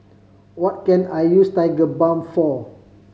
what can I use Tigerbalm for